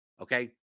Okay